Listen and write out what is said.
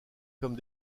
comme